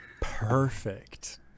Perfect